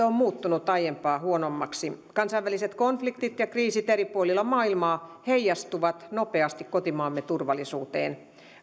on muuttunut aiempaa huonommaksi kansainväliset konfliktit ja kriisit eri puolilla maailmaa heijastuvat nopeasti kotimaamme turvallisuuteen